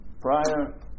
Prior